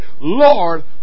Lord